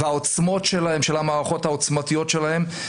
והעוצמות של המערכות העוצמתיות שלהם,